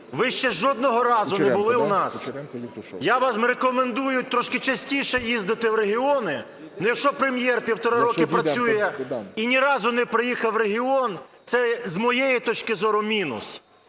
ви ще жодного разу не були у нас. Я вам рекомендую трошки частіше їздити в регіони. Якщо Прем'єр 1,5 року працює і ні разу не приїхав у регіон, це, з моєї точки зору, мінус.